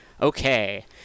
Okay